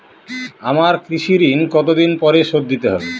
আমার কৃষিঋণ কতদিন পরে শোধ দিতে হবে?